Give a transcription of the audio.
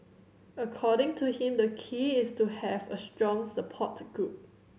according to him the key is to have a strong support group